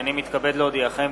הנני מתכבד להודיעכם,